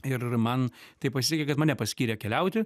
ir man taip pasisekė kad mane paskyrė keliauti